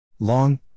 long